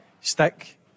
stick